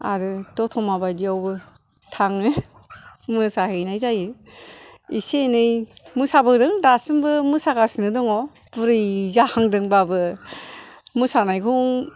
आरो दत'मा बायदियावबो थाङो मोसाहैनाय जायो एसे एनै मोसाबोदों दासिमबो मोसागासिनो दङ बुरि जाहांदोंबाबो मोसानायखौ